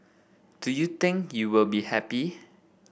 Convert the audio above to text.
do you think you will be happy